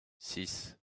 six